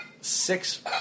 six